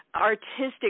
artistic